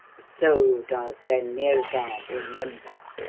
so does ben meerza remember